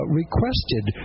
requested